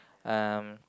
um